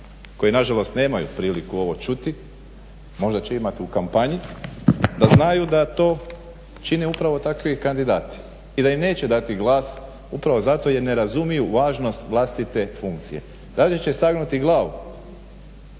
koji nažalost nemaju priliku ovo čuti možda će imati u kampanji da znaju da to čine upravo takvi kandidati. I da im neće dati glas upravo zato jer ne razumiju važnost vlastite funkcije. Radije će sagnuti glavu